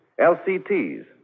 LCTs